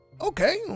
Okay